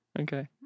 Okay